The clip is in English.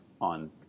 on